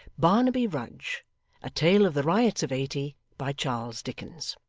barnaby rudge a tale of the riots of eighty by charles dickens